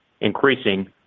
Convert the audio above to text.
increasing